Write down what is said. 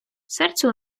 серцю